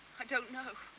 i don't know.